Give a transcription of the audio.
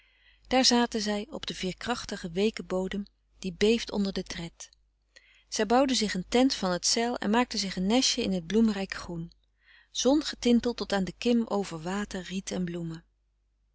daar zaten zij op den veerkrachtigen weeken bodem die beeft onder den tred zij bouwden zich een tent van t zeil en maakten zich een nestje in t bloemrijk groen zongetintel tot aan de kim over water riet en bloemen